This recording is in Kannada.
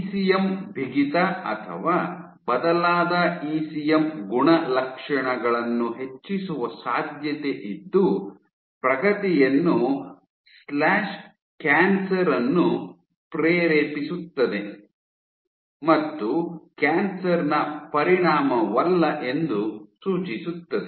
ಇಸಿಎಂ ಬಿಗಿತ ಅಥವಾ ಬದಲಾದ ಇಸಿಎಂ ಗುಣಲಕ್ಷಣಗಳನ್ನು ಹೆಚ್ಚಿಸುವ ಸಾಧ್ಯತೆ ಇದ್ದು ಪ್ರಗತಿಯನ್ನು ಸ್ಲ್ಯಾಷ್ ಕ್ಯಾನ್ಸರ್ ಅನ್ನು ಪ್ರೇರೇಪಿಸುತ್ತದೆ ಮತ್ತು ಕ್ಯಾನ್ಸರ್ ನ ಪರಿಣಾಮವಲ್ಲ ಎಂದು ಸೂಚಿಸುತ್ತದೆ